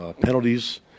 penalties